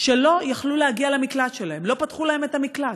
שלא יכלו להגיע למקלט שלהם, לא פתחו להם את המקלט.